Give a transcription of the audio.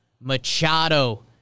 Machado